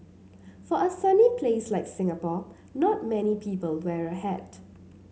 for a sunny place like Singapore not many people wear a hat